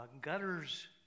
Gutters